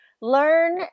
Learn